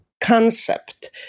concept